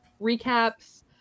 recaps